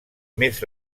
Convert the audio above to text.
més